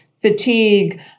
fatigue